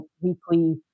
weekly